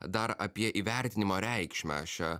dar apie įvertinimo reikšmę šią